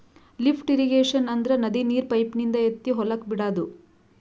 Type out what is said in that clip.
lift irrigation ಅಂದ್ರ ನದಿ ನೀರ್ ಪೈಪಿನಿಂದ ಎತ್ತಿ ಹೊಲಕ್ ಬಿಡಾದು